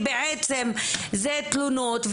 כי בעצם זה תלונות,